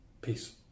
Peace